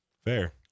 Fair